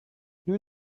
nous